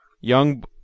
Young